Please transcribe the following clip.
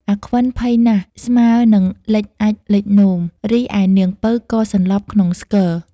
អាខ្វិន ភ័យណាស់ស្មើរនឹងលេចអាចម៍លេចនោម រីឯនាងពៅ ក៏សន្លប់ក្នុងស្គរ។